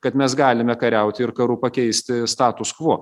kad mes galime kariauti ir karu pakeisti status kvo